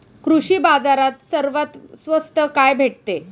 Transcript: कृषी बाजारात सर्वात स्वस्त काय भेटते?